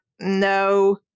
No